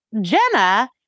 Jenna